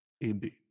indeed